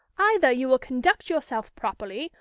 either you will conduct yourself properly,